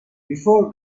before